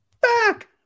back